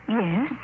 yes